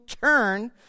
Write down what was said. turn